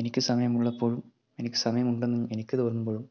എനിക്ക് സമയമുള്ളപ്പോൾ എനിക്ക് സമയമുണ്ടെന്നും എനിക്ക് തോന്നുമ്പോൾ